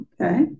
okay